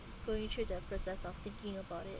going through the process of thinking about it